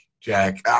Jack